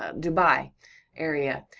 dubai area,